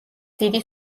დიდი